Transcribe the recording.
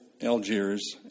Algiers